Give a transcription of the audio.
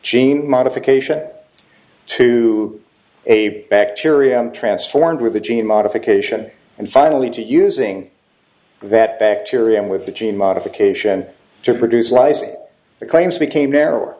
gene modification to a bacterium transformed with a gene modification and finally to using that bacterium with the gene modification to produce lies the claims became narrower